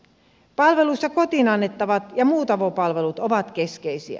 palveluissa kotiin annettavat ja muut avopalvelut ovat keskeisiä